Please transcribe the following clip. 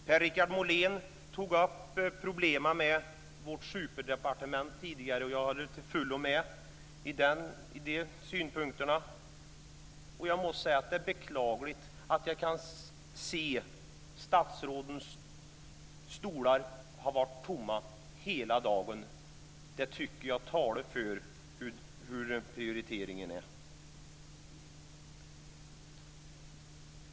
Per-Richard Molén tog tidigare upp problemen med vårt superdepartement. Jag håller till fullo med om de synpunkterna. Jag måste säga att det är beklagligt att se att statsrådens stolar har varit tomma hela dagen. Det tycker jag visar hur prioriteringen är.